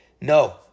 No